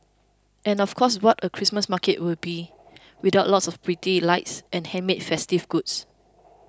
and of course what would a Christmas market be without lots of pretty lights and handmade festive goods